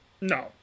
No